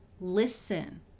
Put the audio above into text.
listen